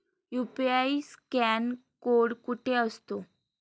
UPI scan code कुठे असतो?